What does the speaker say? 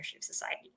Society